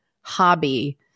hobby